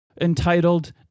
entitled